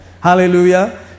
Hallelujah